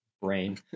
brain